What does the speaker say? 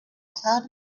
cloud